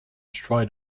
destroy